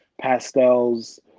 pastels